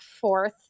fourth